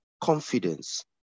confidence